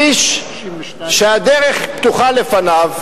איש שהדרך פתוחה לפניו,